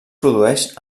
produeix